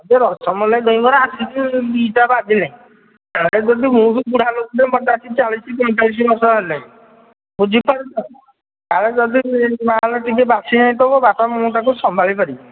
ଏ ରସମଲେଇ ଦହିବରା ଆସିକି ଦୁଇଟା ବାଜିଲାଇଁ ମୁଁ ବି ବୁଢ଼ା ଲୋକଟେ ମୋତେ ଆସି ଚାଳିଶ ପଇଁଚାଳିଶ ବର୍ଷ ହେଲାଣି ବୁଝିପାରୁଛ କାଳେ ଯଦି ମାଲ ଟିକେ ବାସି ହେଇଁଥିବ ବାପା ମୁଁ ତାକୁ ସମ୍ଭାଳି ପାରିବିନି